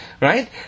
Right